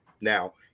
Now